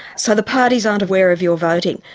so the parties aren't aware of your voting,